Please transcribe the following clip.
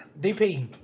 DP